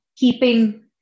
keeping